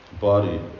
body